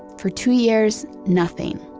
for two years, nothing.